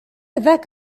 ذاك